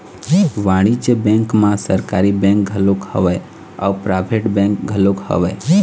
वाणिज्य बेंक म सरकारी बेंक घलोक हवय अउ पराइवेट बेंक घलोक हवय